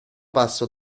passo